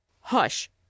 Hush